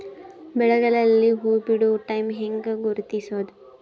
ಬೆಳೆಗಳಲ್ಲಿ ಹೂಬಿಡುವ ಟೈಮ್ ಹೆಂಗ ಗುರುತಿಸೋದ?